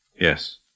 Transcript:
Yes